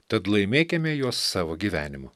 tad laimėkime juos savo gyvenimu